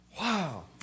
Wow